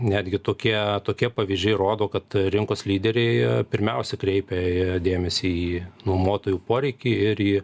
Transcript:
netgi tokie tokie pavyzdžiai rodo kad rinkos lyderiai pirmiausia kreipia dėmesį į nuomotojų poreikį